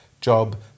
job